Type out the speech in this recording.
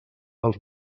els